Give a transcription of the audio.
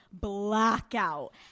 blackout